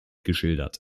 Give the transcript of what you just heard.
geschildert